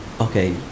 okay